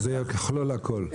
שזה יכלול הכול.